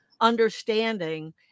understanding